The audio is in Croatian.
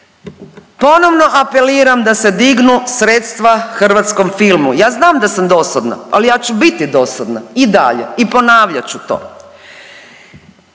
Ponovno apeliram da se dignu sredstva hrvatskom filmu. Ja znam da sam dosadna, ali ja ću biti dosadna i dalje i ponavljat ću to.